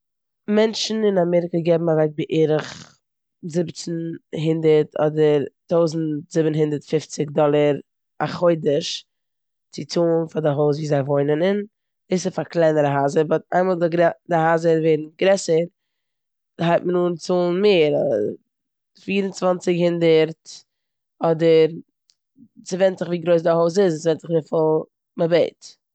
מענטשן אין אמעריקע געבן אוועק בערך זיבעצן הונדערט אדער טויזנט זיבן הונדערט פופציג א חודש צו צאלן פאר די הויז ווי זיי וואוינען אין. דאס איז פאר קלענערע הייזער באט איין מאל די גרע- די הייזער ווערן גרעסער הייבט מען אן צאלן מער, פיר און צוואנציג הונדערט אדער- ס'ווענדט זיך ווי גרויס די הויז איז און ס'ווענדט זיך וויפיל מ'בעט.